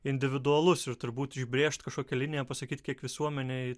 individualus ir turbūt užbrėžt kažkokią liniją pasakyti kiek visuomenėj